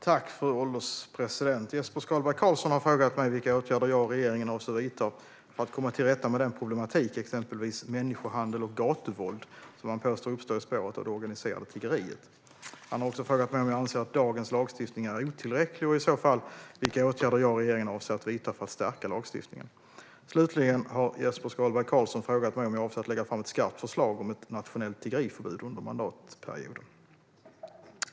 Fru ålderspresident! Jesper Skalberg Karlsson har frågat mig vilka åtgärder jag och regeringen avser att vidta för att komma till rätta med den problematik, exempelvis människohandel och gatuvåld, som han påstår uppstår i spåret av det organiserade tiggeriet. Han har också frågat mig om jag anser att dagens lagstiftning är otillräcklig och vilka åtgärder jag och regeringen i så fall avser att vidta för att stärka lagstiftningen. Slutligen har Jesper Skalberg Karlsson frågat mig om jag avser att lägga fram ett skarpt förslag om ett nationellt tiggeriförbud under mandatperioden.